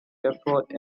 airport